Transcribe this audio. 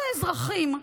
הפקרת האזרחים.